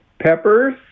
Peppers